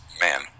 Man